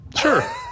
Sure